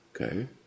okay